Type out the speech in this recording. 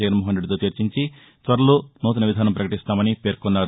జగన్మోహన్రెడ్డితో చర్చించి త్వరలో నూతన విధానం ప్రపకటిస్తామని పేర్కొన్నారు